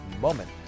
moment